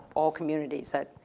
all communities that,